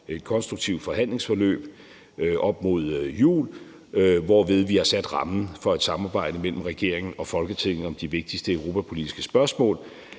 et konstruktivt forhandlingsforløb op mod jul, hvorved vi har sat rammen for et samarbejde mellem regeringen og Folketinget om de vigtigste europapolitiske spørgsmål